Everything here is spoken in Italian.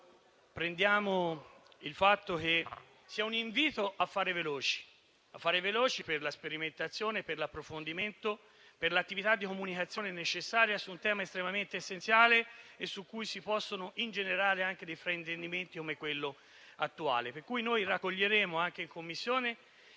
9-*bis*.100 ci sia un invito a fare veloci per la sperimentazione, per l'approfondimento, per l'attività di comunicazione necessaria su un tema essenziale e su cui si possono ingenerare anche dei fraintendimenti come quello attuale. Pertanto noi raccoglieremo anche in Commissione